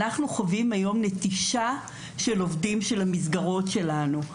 אנחנו חווים היום נטישה של עובדים של המסגרות שלנו.